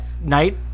night